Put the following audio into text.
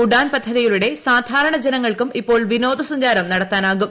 ഉഡാൻ പദ്ധതിയിലൂടെ സാധാരണ ജനങ്ങൾക്കും ഇപ്പോൾ വിമാന സഞ്ചാരം നടത്താനാകും